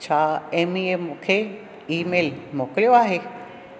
छा एमीअ मूंखे ईमेल मोकिलियो आहे